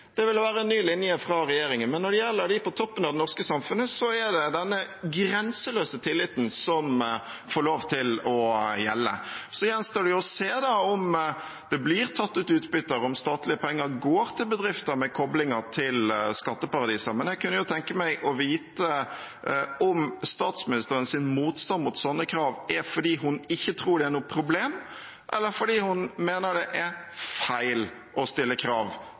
Det ville vært en ny linje fra regjeringens side. Men når det gjelder de på toppen av det norske samfunnet, er det denne grenseløse tilliten som får lov til å gjelde. Det gjenstår å se om det blir tatt ut utbytter, og om statlige penger går til bedrifter med koblinger til skatteparadiser, men jeg kunne tenke meg å vite om statsministerens motstand mot slike krav er fordi hun ikke tror det er et problem, eller fordi hun mener det er feil å stille krav